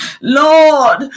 Lord